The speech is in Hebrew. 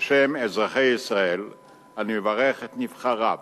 בשם אזרחי ישראל אני מברך את נבחריו